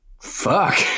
fuck